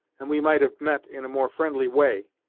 and we might have met in a more friendly way,